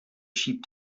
sheep